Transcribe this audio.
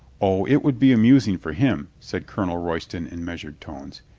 o, it would be amusing for him, said colonel royston in measured tones.